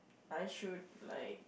I should like